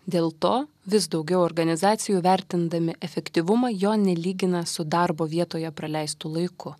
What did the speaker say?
dėl to vis daugiau organizacijų vertindami efektyvumą jo nelygina su darbo vietoje praleistu laiku